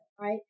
Right